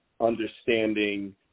understanding